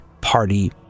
Party